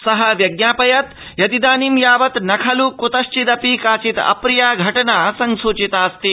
सः व्यज्ञापयत् यदिदानीं यावन्न खल् कृतश्चिदपि काचिद् अप्रिया घटना संसूचिताऽस्ति